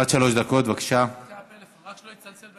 אתה רוצה שאני אתחיל מהתחלה?